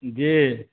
जी